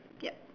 ya